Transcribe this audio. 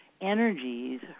energies